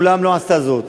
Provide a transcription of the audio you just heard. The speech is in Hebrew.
אולם לא עשתה זאת.